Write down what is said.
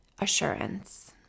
assurance